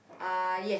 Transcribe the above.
uh yes